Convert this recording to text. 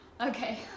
Okay